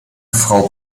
frau